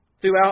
Throughout